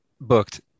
Booked